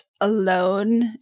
alone